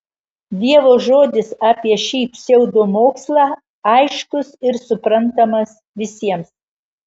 dievo žodis apie šį pseudomokslą aiškus ir suprantamas visiems